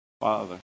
Father